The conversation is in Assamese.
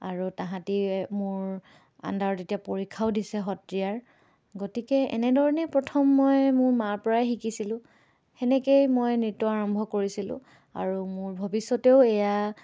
আৰু তাহাঁতি মোৰ আণ্ডাৰত এতিয়া পৰীক্ষাও দিছে সত্ৰীয়াৰ গতিকে এনেধৰণেই প্ৰথম মই মোৰ মাৰ পৰাই শিকিছিলোঁ সেনেকৈয়ে মই নৃত্য আৰম্ভ কৰিছিলোঁ আৰু মোৰ ভৱিষ্যতেও এয়া